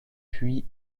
puis